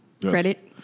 credit